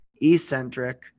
eccentric